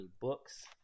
books